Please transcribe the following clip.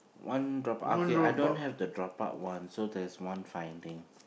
one drop ah okay I don't have the drop out one so there is one finding